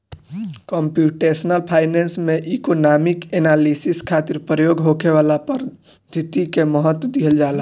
computational finance में economic analysis खातिर प्रयोग होखे वाला पद्धति के महत्व दीहल जाला